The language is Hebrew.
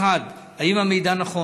1. האם המידע נכון?